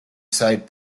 side